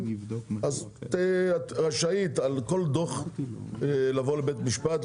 אז על כל דו"ח את רשאית לבוא לבית המשפט,